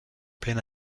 pleine